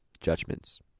judgments